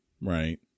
right